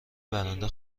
برنده